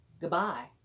Goodbye